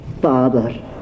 Father